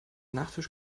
nachtisch